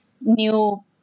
new